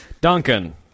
Duncan